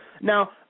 Now